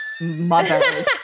mothers